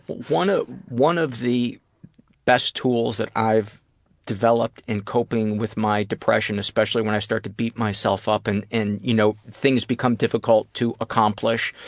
one ah one of the best tools that i've developed in coping with my depression, especially when i start to beat myself up and, you know, things become difficult to accomplish,